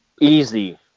easy